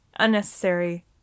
unnecessary